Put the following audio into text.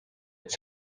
its